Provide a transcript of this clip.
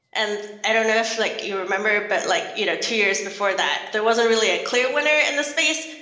and i don't know if like you remember, but like you know two years before that, there wasn't really a clear winner in the space.